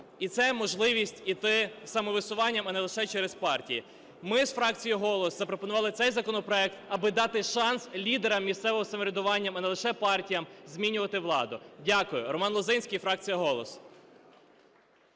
І це можливість іти самовисуванням, а не лише через партії. Ми з фракції "Голос" запропонували цей законопроект, аби дати шанс лідерам місцевого самоврядування, а не лише партіям, змінювати владу. Дякую. Роман Лозинський, фракція "Голос".